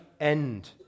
end